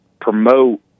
promote